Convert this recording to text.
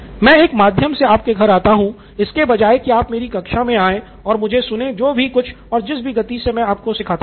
मैं एक माध्यम से आपके घर आता हूं इसके बजाए की आप मेरी कक्षा मे आए और मुझे सुने जो कुछ भी और जिस भी गति से मैं आपको सिखाता हूँ